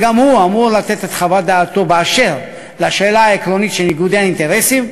שגם הוא אמור לתת את חוות דעתו בשאלה העקרונית של ניגודי האינטרסים.